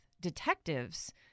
detectives